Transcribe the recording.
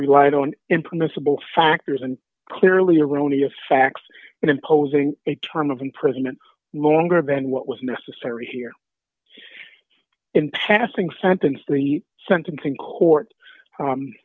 relied on impermissible factors and clearly erroneous facts in imposing a term of imprisonment longer than what was necessary here in passing sentence the sentence in court